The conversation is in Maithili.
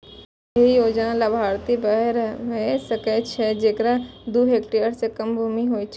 एहि योजनाक लाभार्थी वैह भए सकै छै, जेकरा दू हेक्टेयर सं कम भूमि होय